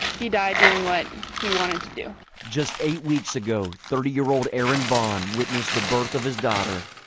he died doing what he wanted to do. just eight weeks ago, thirty year old aaron vaughn witnessed the birth of his daughter.